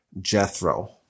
Jethro